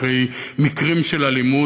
אחרי מקרים של אלימות,